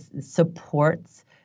supports